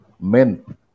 Men